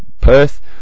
Perth